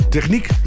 Techniek